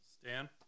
Stan